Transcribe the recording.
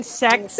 sex